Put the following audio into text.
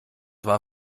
war